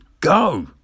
go